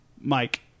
Mike